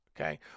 Okay